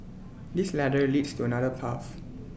this ladder leads to another path